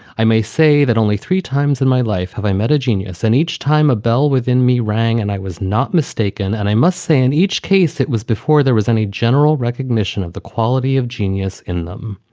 i may say that only three times in my life have i met a genius. and each time a bell within me rang and i was not mistaken. and i must say, in each case, it was before there was any general recognition of the quality of genius in them.